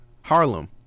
harlem